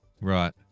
Right